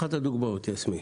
אחת הדוגמאות, יסמין.